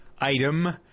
item